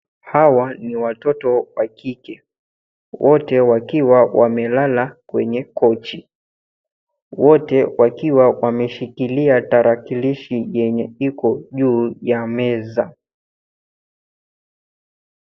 Hawa ni watoto wa kike, wote wakiwa wamelala kwenye koji. Wote wakiwa wameshikilia tarakilishi enye juu ya meza.